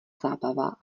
zábava